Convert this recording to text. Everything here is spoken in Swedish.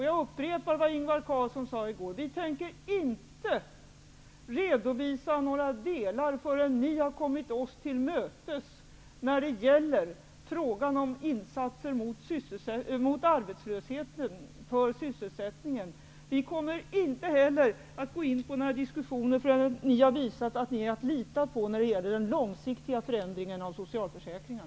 Jag upprepar vad Ingvar Carlsson sade i går: Vi tänker inte redovisa några delar förrän ni har kommit oss till mötes när det gäller insatser mot arbetslösheten och för sysselsättningen. Vi kom mer inte heller att gå in på några diskussioner förrän ni har visat att ni är att lita på när det gäller den långsiktiga förändringen av socialförsäk ringen.